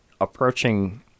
approaching